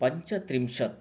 पञ्चत्रिंशत्